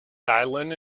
dylan